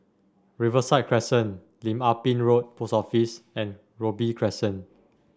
Riverside Crescent Lim Ah Pin Road Post Office and Robey Crescent